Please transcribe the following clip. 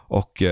och